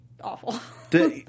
awful